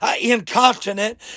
incontinent